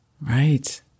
Right